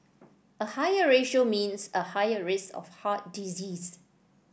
a higher ratio means a higher risk of heart disease